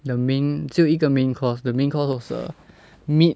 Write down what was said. the main 只有一个 main course the main course was a meat